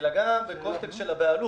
אלא גם בקונטקסט של הבעלות.